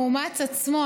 המאומץ עצמו,